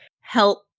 help